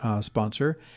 sponsor